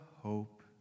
hope